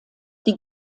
die